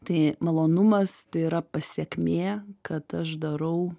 tai malonumas tai yra pasekmė kad aš darau